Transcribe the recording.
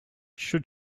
should